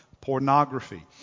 pornography